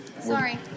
Sorry